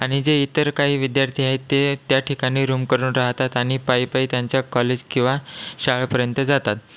आणि जे इतर काही विद्यार्थी आहेत ते त्या ठिकाणी रूम करून राहतात आणि पायी पायी त्यांच्या कॉलेज किंवा शाळेपर्यंत जातात